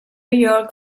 york